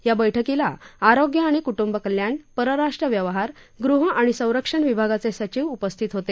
या बैठकीला आरोग्य आणि कुटुंब कल्याण परराष्ट्र व्यवहार गृह आणि संरक्षण विभागाचे सचिव उपस्थित होते